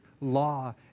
law